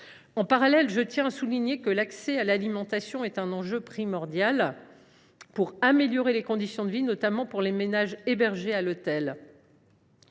En outre, je tiens à insister sur le fait que l’accès à l’alimentation est un enjeu primordial pour améliorer les conditions de vie, notamment des ménages hébergés à l’hôtel.